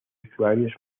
usuarios